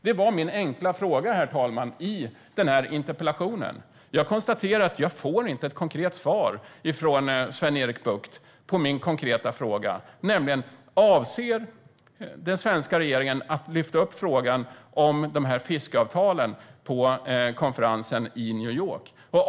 Det var min enkla fråga i interpellationen, herr talman, och jag konstaterar att jag inte får ett konkret svar från Sven-Erik Bucht på min konkreta fråga, nämligen: Avser den svenska regeringen att lyfta upp frågan om de här fiskeavtalen på konferensen i New York?